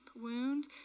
wound